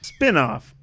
Spinoff